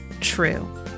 true